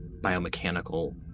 biomechanical